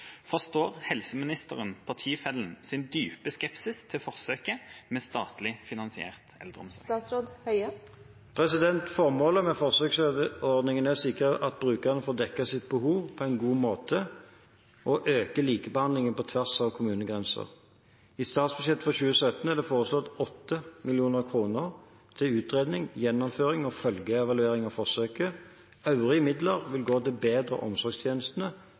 Forstår statsråden sin partifelles dype skepsis til forsøket med statlig finansiert eldreomsorg?» Formålet med forsøksordningen er å sikre at brukerne får dekket sitt behov på en god måte, og å øke likebehandlingen på tvers av kommunegrenser. I statsbudsjettet for 2017 er det foreslått 8 mill. kr til utredning, gjennomføring og følgeevaluering av forsøket. Øvrige midler vil gå til bedre